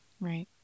right